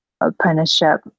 apprenticeship